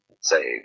say